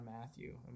Matthew